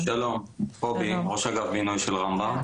שלום, קובי ראש אגף בינוי של רמב"ם.